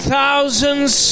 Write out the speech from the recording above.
thousands